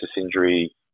injury